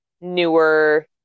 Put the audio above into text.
newer